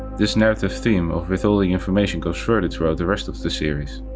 this narrative theme of withholding information goes further throughout the rest of the series.